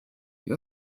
die